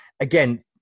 again